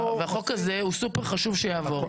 והחוק הזה סופר חשוב שיעבור.